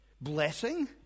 Blessing